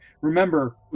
Remember